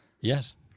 Yes